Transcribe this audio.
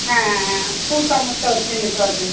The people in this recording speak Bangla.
হ্যাঁ হ্যাঁ হ্যাঁ খুব সমস্যা হচ্ছে নেটওয়ার্কেের